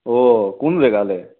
অঁ কোন জেগালৈ